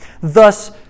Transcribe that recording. Thus